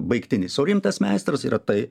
baigtinis o rimtas meistras yra tai